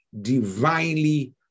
divinely